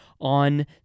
on